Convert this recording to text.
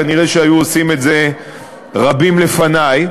כנראה היו עושים את זה רבים לפני.